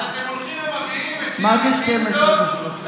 אז אתם הולכים ומביאים את שירלי פינטו מהבית.